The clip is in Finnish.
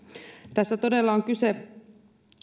tässä todella on kyse